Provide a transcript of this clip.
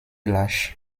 lâche